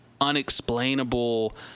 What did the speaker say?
unexplainable